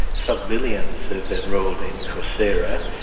some millions have enrolled in coursera,